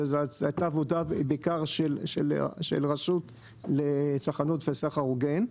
שזו הייתה עבודה בעיקר של רשות לצרכנות וסחר הוגן.